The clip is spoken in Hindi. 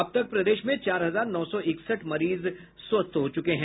अब तक प्रदेश में चार हजार नौ सौ इकसठ मरीज स्वस्थ हो चुके हैं